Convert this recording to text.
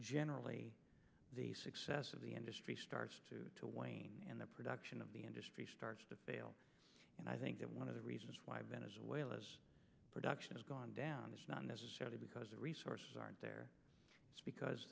generally the success of the industry starts to wane and the production of the industry starts to fail and i think that one of the reasons why venezuela's production has gone down it's not necessarily because the resources aren't there it's because